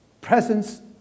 presence